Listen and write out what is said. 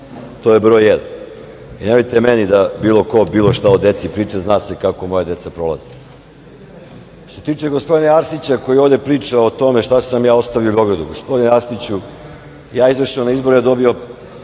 To je broj jedan. Nemojte meni da bilo ko bilo šta o deci priča, zna se kako moja deca prolaze. Što se tiče gospodina Arsića, koji ovde priča o tome šta sam ja ostavio u Beogradu, gospodine Arsiću, ja izašao na izbore a dobio